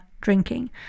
drinking